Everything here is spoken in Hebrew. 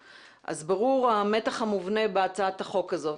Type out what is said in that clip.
אז ברור המתח המובנה בהצעת החוק הזו.